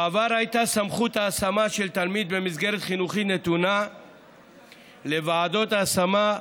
בעבר הייתה סמכות ההשמה של תלמיד במסגרת חינוכית נתונה לוועדות ההשמה,